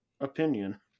opinion